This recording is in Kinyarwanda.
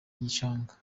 gishanga